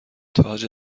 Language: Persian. تاج